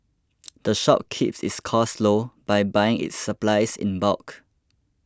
the shop keeps its costs low by buying its supplies in bulk